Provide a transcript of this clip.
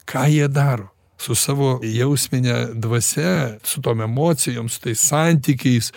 ką jie daro su savo jausmine dvasia su tom emocijom su tai santykiais